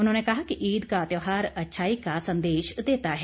उन्होंने कहा कि ईद का त्यौहार अच्छाई का संदेश देता है